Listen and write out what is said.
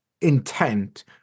intent